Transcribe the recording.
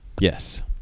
yes